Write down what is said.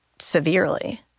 severely